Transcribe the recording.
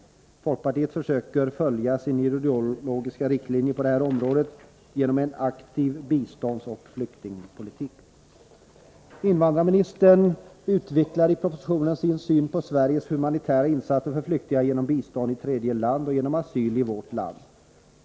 Folkpartiet försöker följa sina ideologiska riktlinjer på detta område genom en aktiv biståndsoch flyktingpolitik. Invandrarministern utvecklar i propositionen sin syn på Sveriges humanitära insatser för flyktingar genom bistånd i tredje land och genom asyl i vårt land.